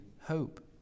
hope